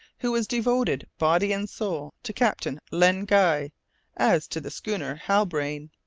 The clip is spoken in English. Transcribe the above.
who was devoted body and soul to captain len guy as to the schooner halbrane.